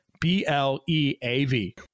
B-L-E-A-V